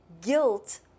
guilt